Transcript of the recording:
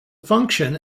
function